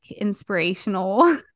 inspirational